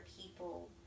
people